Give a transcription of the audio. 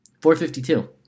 .452